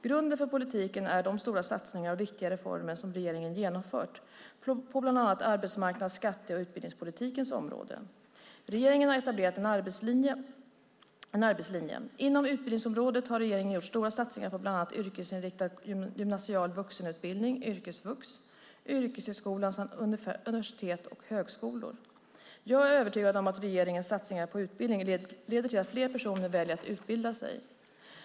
Grunden för politiken är de stora satsningar och viktiga reformer som regeringen genomfört på bland annat arbetsmarknads-, skatte och utbildningspolitikens områden. Regeringen har etablerat en arbetslinje. Inom utbildningsområdet har regeringen gjort stora satsningar på bland annat yrkesinriktad gymnasial vuxenutbildning , yrkeshögskolan samt universitet och högskolor. Jag är övertygad om att regeringens satsningar på utbildning leder till att fler personer väljer att utbilda sig.